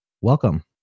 welcome